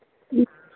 जी